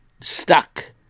stuck